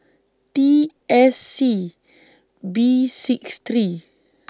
T S C B six three